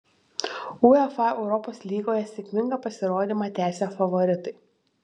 uefa europos lygoje sėkmingą pasirodymą tęsia favoritai